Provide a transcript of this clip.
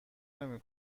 نمی